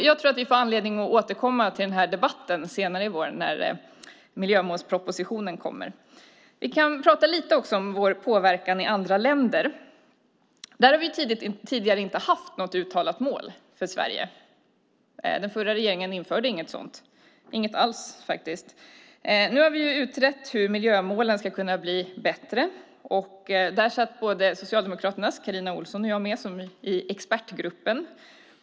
Jag tror att vi får anledning att återkomma till den här debatten senare i vår när miljömålspropositionen kommer. Vi kan också prata lite om vår påverkan i andra länder. Där har vi tidigare inte haft något uttalat mål för Sverige. Den förra regeringen införde inte något sådant, inget alls faktiskt. Nu har vi utrett hur miljömålen ska kunna bli bättre. Både Socialdemokraternas Carina Ohlsson och jag satt med i expertgruppen.